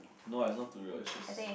no eh is not too real is just